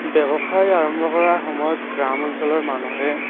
ব্যৱসায় আৰম্ভ কৰাৰ সময়ত গ্ৰাম্য অঞ্চলৰ মানুহে